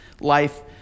life